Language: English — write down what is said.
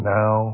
now